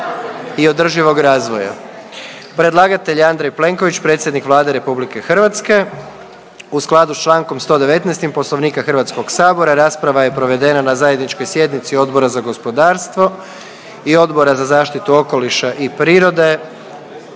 i održivog razvoja. Predlagatelj je Andrej Plenković, predsjednik Vlade RH. U skladu s čl. 119. Poslovnika HS rasprava je provedena na Zajedničkoj sjednici Odbora za gospodarstvo i Odbora za zaštitu okoliša i prirode.